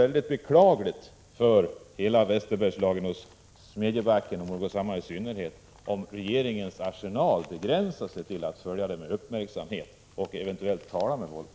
Det är beklagligt för hela Västerbergslagen, i synnerhet för Smedjebacken och Morgårdshammar, om regeringens arsenal av åtgärder begränsar sig till att man skall följa frågan med uppmärksamhet och eventuellt tala med Volvo.